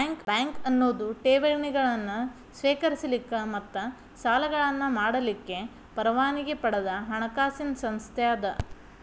bank ಅನ್ನೊದು ಠೇವಣಿಗಳನ್ನ ಸ್ವೇಕರಿಸಲಿಕ್ಕ ಮತ್ತ ಸಾಲಗಳನ್ನ ಮಾಡಲಿಕ್ಕೆ ಪರವಾನಗಿ ಪಡದ ಹಣಕಾಸಿನ್ ಸಂಸ್ಥೆ ಅದ